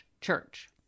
church